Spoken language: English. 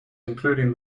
including